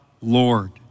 Lord